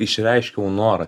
išreiškiau norą